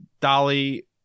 Dolly